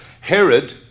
Herod